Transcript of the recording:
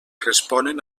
responen